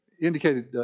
indicated